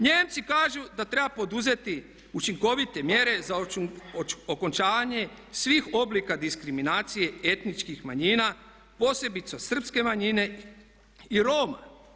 Nijemci kažu da treba poduzeti učinkovite mjere za okončavanje svih oblika diskriminacije etničkih manjina posebice od srpske manjine i Roma.